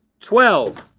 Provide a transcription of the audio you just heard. twelve!